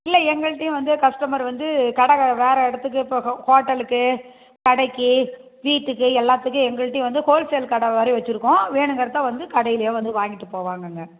இல்லை எங்கள்டையும் வந்து கஸ்டமர் வந்து கடை வே வேறு இடத்துக்கு இப்போ ஹோ ஹோட்டலுக்கு கடைக்கு வீட்டுக்கு எல்லாத்துக்கும் எங்கள்டையும் வந்து ஹோல் சேல் கடை மாதிரி வச்சுருக்கோம் வேணுங்கிறதை வந்து கடையில வந்து வாங்கிகிட்டு போவாங்கங்க